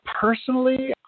personally